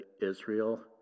Israel